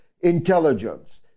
intelligence